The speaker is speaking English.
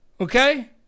okay